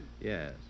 Yes